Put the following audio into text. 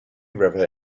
river